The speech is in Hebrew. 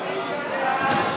חוק גנים לאומיים, שמורות טבע,